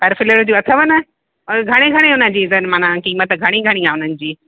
हर फ्लेवर जी अथव न ऐं घणे घणे हुनजी अथन क़ीमत घणी घणी आहे उन्हनि जी